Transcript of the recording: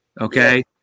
okay